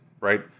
Right